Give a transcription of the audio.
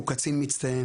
הוא קצין מצטיין.